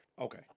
Okay